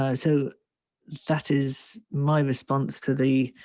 ah so that is my response to the